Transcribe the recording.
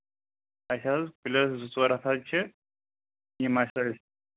اَسہِ حظ کُلٮ۪س زٕ ژور ہَتھ حظ چھِ یِم اَسہِ ٲسۍ